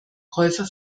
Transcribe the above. käufer